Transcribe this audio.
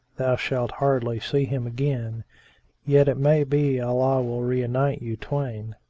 thou shalt hardly see him again yet it may be allah will reunite you twain.